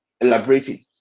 elaborating